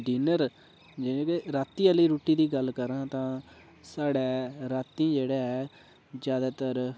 dinner जानी कि राती आह्ली रुट्टी दी गल्ल करां तां साढ़ै राती जेह्ड़ा ऐ ज्यादातर